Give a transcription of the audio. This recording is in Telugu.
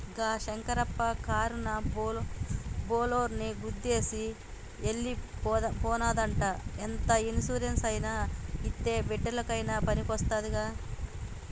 గా శంకరప్ప కారునా బోలోరోని గుద్దేసి ఎల్లి పోనాదంట ఇంత ఇన్సూరెన్స్ అయినా ఇత్తే బిడ్డలకయినా పనికొస్తాది